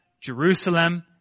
Jerusalem